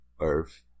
earth